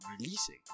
releasing